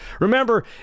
Remember